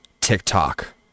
TikTok